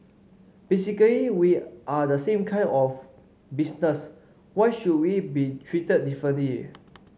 basically we are the same kind of business why should we be treated differently